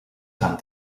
tan